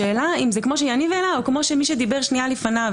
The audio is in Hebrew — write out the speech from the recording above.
השאלה אם זה כמו שיניב העלה או כמו שברוך שדיבר שנייה לפניו.